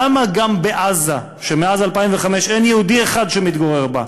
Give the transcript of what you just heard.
למה גם בעזה, שמאז 2005 אין יהודי אחד המתגורר בה,